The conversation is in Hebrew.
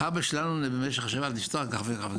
"אבא שלנו במשך השבת נפטר כך וכך וכך,